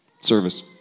service